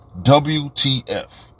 WTF